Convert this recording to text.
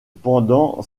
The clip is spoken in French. pendant